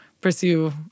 pursue